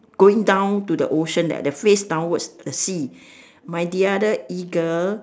going down to the ocean like that face downwards to the sea my the other eagle